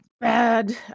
bad